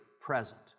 present